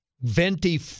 venti